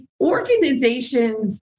organizations